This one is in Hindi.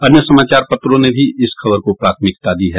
अन्य समाचार पत्रों ने भी इस खबर को प्राथमिकता दी है